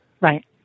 Right